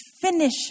finish